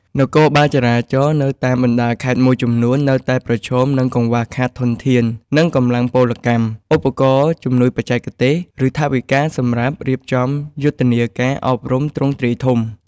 នគរបាលចរាចរណ៍នៅតាមបណ្ដាខេត្តមួយចំនួននៅតែប្រឈមនឹង កង្វះខាតធនធាន ទាំងកម្លាំងពលកម្ម ឧបករណ៍ជំនួយបច្ចេកទេស ឬថវិកាសម្រាប់រៀបចំយុទ្ធនាការអប់រំទ្រង់ទ្រាយធំ។